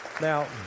Now